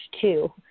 two